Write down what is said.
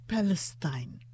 Palestine